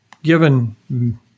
given